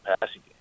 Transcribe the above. passing